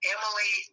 Emily